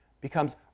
becomes